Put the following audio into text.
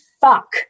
fuck